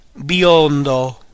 Biondo